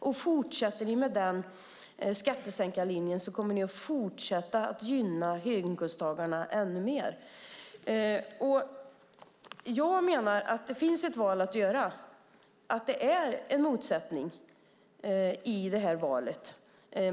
Om ni fortsätter skattesänkarlinjen kommer ni att fortsätta att gynna höginkomsttagarna ännu mer. Jag menar att det finns ett val att göra och att det är en motsättning i valet.